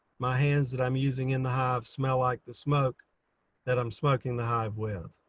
my hands that i'm using in the hive, smell like the smoke that i'm smoking the hive with.